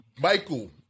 Michael